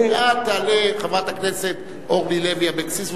אחר כך תעלה חברת הכנסת אורלי לוי אבקסיס,